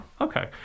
Okay